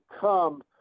come